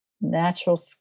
natural